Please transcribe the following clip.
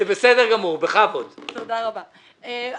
כמובן